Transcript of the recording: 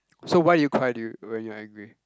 so why do you cry do you when you're angry